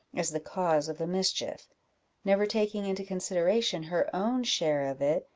as the cause of the mischief never taking into consideration her own share of it,